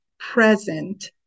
Present